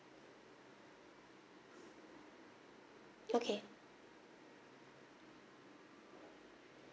okay